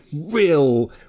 real